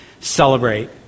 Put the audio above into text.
celebrate